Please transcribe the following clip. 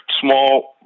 small